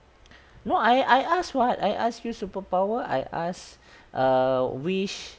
no I I ask what I ask you superpower I ask err wish